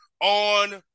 on